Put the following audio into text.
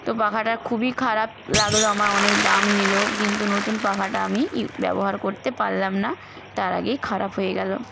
তো পাখাটার খুবই খারাপ লাগল আমার অনেক দাম নিল কিন্তু নতুন পাখাটা আমি ইউ ব্যবহার করতে পারলাম না তার আগেই খারাপ হয়ে গেলো